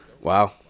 Wow